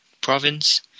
province